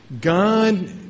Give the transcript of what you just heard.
God